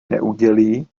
neudělí